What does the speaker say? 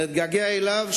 נתגעגע אליו,